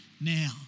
now